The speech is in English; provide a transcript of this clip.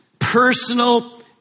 personal